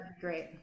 great